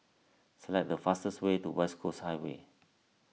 select the fastest way to West Coast Highway